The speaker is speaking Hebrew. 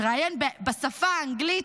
הוא התראיין בשפה האנגלית,